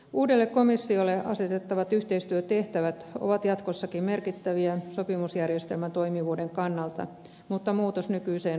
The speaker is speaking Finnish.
uudelle komissiolle asetettavat yhteistyötehtävät ovat jatkossakin merkittäviä sopimusjärjestelmän toimivuuden kannalta mutta muutos nykyiseen on suuri